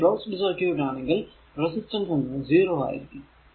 പിന്നെ closed circuit ആണെങ്കിൽ resistance എന്നത് 0 ആയിരിക്കും